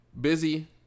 busy